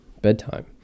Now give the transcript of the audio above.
bedtime